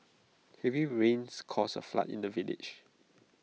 heavy rains caused A flood in the village